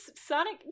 Sonic